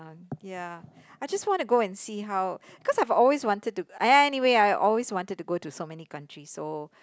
uh ya I just wanna go and see how because I've always wanted to !aiya! anyway I've always wanted to go to so many countries so